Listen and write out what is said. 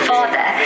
Father